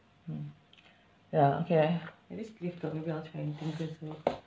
mm ya okay at least we have or anything just go